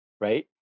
right